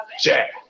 jack